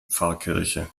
pfarrkirche